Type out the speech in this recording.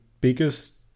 biggest